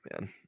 man